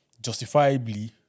justifiably